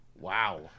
wow